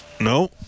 No